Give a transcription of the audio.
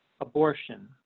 Abortion